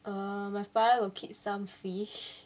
err my father got keep some fish